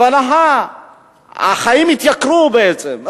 אבל החיים התייקרו, בעצם.